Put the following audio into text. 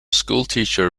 schoolteacher